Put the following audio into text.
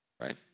right